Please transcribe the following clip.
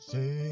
Say